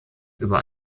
über